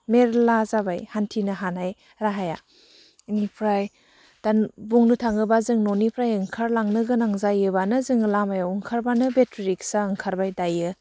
मेरला जाबाय हान्थिनो हानाय राहाया बिनिफ्राय दा बुंनो थाङोबा जों न'निफ्राय ओंखारलांनो गोनां जायोबानो जोङो लामायाव ओंखारबानो बेटारि रिक्सा ओंखारबाय दायो